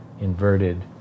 inverted